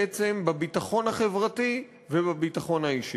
בעצם, בביטחון החברתי ובביטחון האישי.